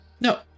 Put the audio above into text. No